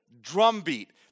drumbeat